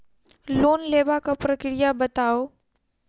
Loan लेबाक प्रक्रिया बताऊ?